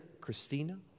Christina